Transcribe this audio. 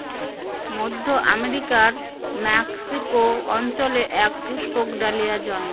মধ্য আমেরিকার মেক্সিকো অঞ্চলে এক পুষ্পক ডালিয়া জন্মায়